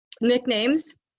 nicknames